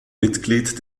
mitglied